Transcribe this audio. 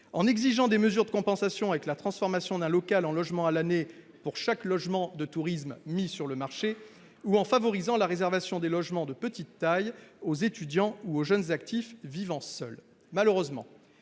en exigeant des mesures de compensation comme l'obligation de transformer un local en logement à l'année pour chaque logement de tourisme mis sur le marché, ou encore en favorisant la réservation des logements de petite taille par les étudiants ou jeunes actifs vivant seuls. Malheureusement,